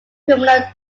criminal